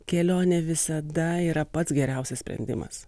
kelionė visada yra pats geriausias sprendimas